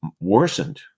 worsened